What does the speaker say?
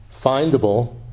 findable